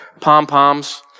pom-poms